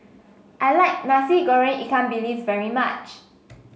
I like Nasi Goreng Ikan Bilis very much